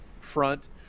front